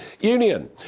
Union